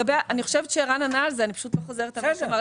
אני חושבת שערן ענה על זה; אני לא חוזרת על מה שהוא אמר.